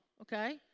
okay